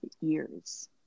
years